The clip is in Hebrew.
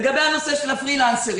לגבי הנושא של הפרילנסרים